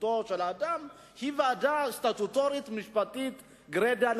נכותו של האדם היא ועדה סטטוטורית-משפטית גרידא.